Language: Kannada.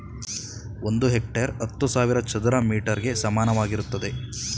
ಒಂದು ಹೆಕ್ಟೇರ್ ಹತ್ತು ಸಾವಿರ ಚದರ ಮೀಟರ್ ಗೆ ಸಮಾನವಾಗಿರುತ್ತದೆ